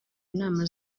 inama